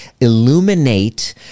illuminate